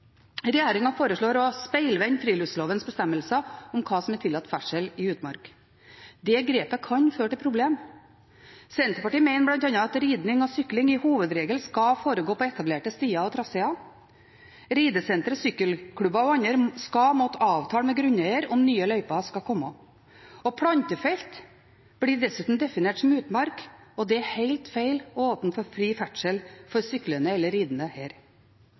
friluftslovens bestemmelser om hva som er tillatt ferdsel i utmark. Det grepet kan føre til problemer. Senterpartiet mener bl.a. at ridning og sykling som hovedregel skal foregå på etablerte stier og traseer. Ridesentre, sykkelklubber og andre skal måtte avtale med grunneier om nye løyper skal komme. Plantefelt blir dessuten definert som utmark, og det er helt feil å åpne for fri ferdsel for syklende eller ridende der. Her